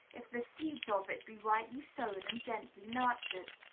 if the seeds of it be rightly sown and gently nurtured.